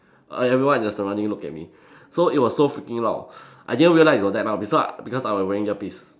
err everyone in the surrounding look at me so it was so freaking loud I didn't realise it was that loud besau~ because I was wearing earpiece